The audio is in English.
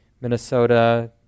Minnesota